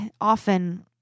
often